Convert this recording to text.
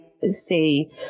say